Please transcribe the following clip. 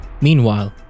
Meanwhile